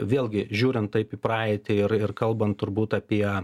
vėlgi žiūrint taip į praeitį ir ir kalbant turbūt apie